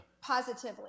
positively